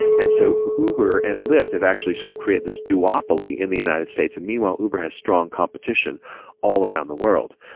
and so uber and lyft have actually sort of created this duopoly in the united states, and meanwhile, uber has strong competition all around the world.